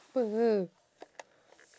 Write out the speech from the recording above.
apa